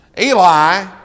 Eli